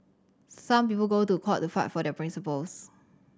some people go to court to fight for their principles